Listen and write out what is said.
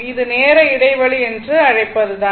இது நேர இடைவெளி என்று அழைப்பதுதான்